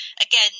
Again